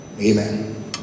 Amen